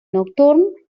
nocturn